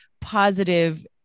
positive